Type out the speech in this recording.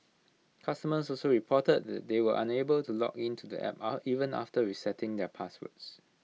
customers also reported that they were were unable to log in to the app even after resetting their passwords